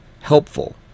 helpful